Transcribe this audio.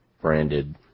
branded